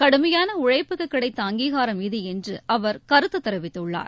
கடுமையான உழைப்புக்கு கிடைத்த அங்கீகாரம் இது என்று அவர் கருத்து தெரிவித்துள்ளார்